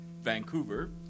Vancouver